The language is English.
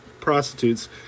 prostitutes